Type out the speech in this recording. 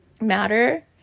matter